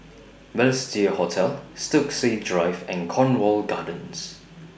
Balestier Hotel Stokesay Drive and Cornwall Gardens